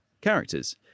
characters